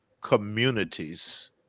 communities